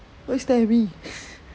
why you stare at me